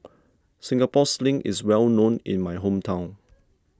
Singapore Sling is well known in my hometown